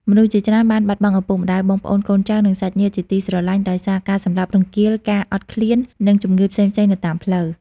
មនុស្សជាច្រើនបានបាត់បង់ឪពុកម្ដាយ បងប្អូន កូនចៅ និងសាច់ញាតិជាទីស្រឡាញ់ដោយសារការសម្លាប់រង្គាល ការអត់ឃ្លាន និងជំងឺផ្សេងៗនៅតាមផ្លូវ។